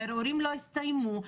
הערעורים לא הסתיימו,